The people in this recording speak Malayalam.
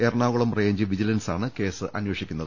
എറണാകുളം റെയ്ഞ്ച് വിജിലൻസാണ് കേസ് അന്വേഷിക്കുന്നത്